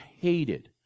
hated